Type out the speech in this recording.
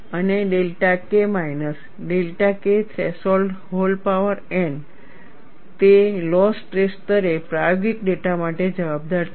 અને delta K minus delta K threshold whole power n તે low stress સ્તરે પ્રાયોગિક ડેટા માટે જવાબદાર છે